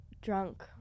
drunk